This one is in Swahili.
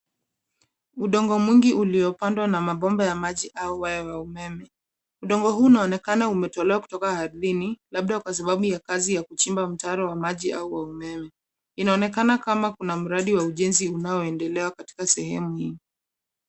Udongo mwingi uliopandwa na mabomba ya maji au waya wa umeme. Udongo huu unaonekana umetolewa kutoka ardhini labda kwa sababu ya kazi ya kuchimba mtaro wa maji au wa umeme. Inaonekana kama kuna mradi wa ujenzi unaoendelea katika sehemu hii.